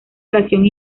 oración